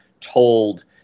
told